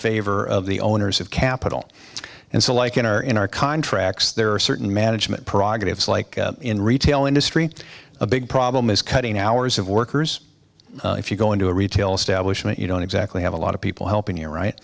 favor of the owners of capital and so like in our in our contracts there are certain management products like in retail industry a big problem is cutting hours of workers if you go into a retail establishment you don't exactly have a lot of people helping your right